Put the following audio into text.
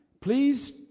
Please